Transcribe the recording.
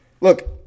look